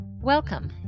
Welcome